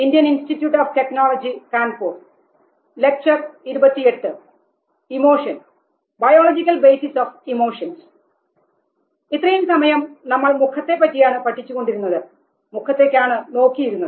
ഇത്രയും സമയം നമ്മൾ മുഖത്തെ പറ്റിയാണ് പഠിച്ചുകൊണ്ടിരുന്നത് മുഖത്തേക്കാണ് നോക്കിയിരുന്നത്